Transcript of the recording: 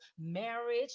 marriage